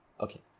okay